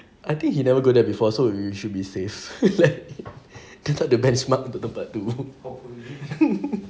I think he never go there before so you should be safe dia tak ada benchmark untuk tempat tu